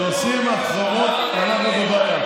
כשעושים חרמות, אנחנו בבעיה.